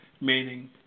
meaning